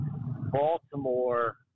Baltimore